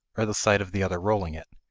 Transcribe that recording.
or the sight of the other rolling it.